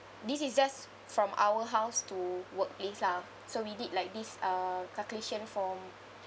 this is just from our house to workplace lah so we did like this uh calculation for